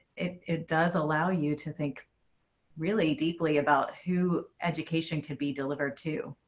it it does allow you to think really deeply about who education could be delivered to.